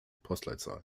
postleitzahl